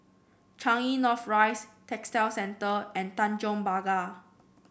Changi North Rise Textile Centre and Tanjong Pagar